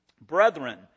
Brethren